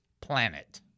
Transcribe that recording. planet